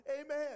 Amen